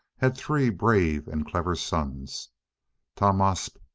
had three brave and clever sons tahmasp,